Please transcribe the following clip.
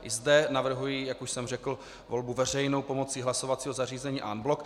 I zde navrhuji, jak už jsem řekl, volbu veřejnou pomocí hlasovacího zařízení en bloc.